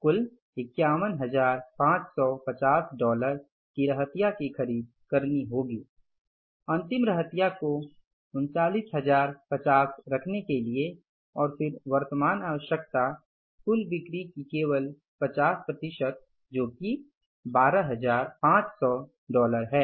कुल 51550 डॉलर की रहतिया की खरीद करनी होगी अंतिम रहतिया को 39050 रखने के लिए और फिर वर्तमान आवश्यकता कुल बिक्री की केवल 50 प्रतिशत जो की 12500 डॉलर है